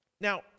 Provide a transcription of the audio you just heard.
Now